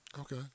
Okay